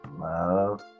love